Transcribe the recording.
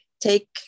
take